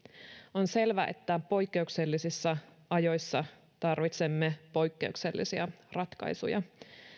on selvä että poikkeuksellisissa ajoissa tarvitsemme poikkeuksellisia ratkaisuja